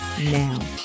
now